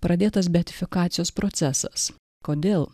pradėtas beatifikacijos procesas kodėl